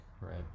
Right